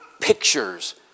pictures